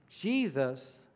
Jesus